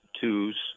twos